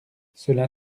cela